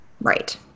right